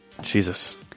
Jesus